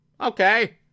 okay